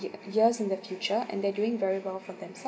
ye~ years in the future and they're doing very well for